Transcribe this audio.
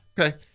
Okay